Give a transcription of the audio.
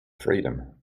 freedom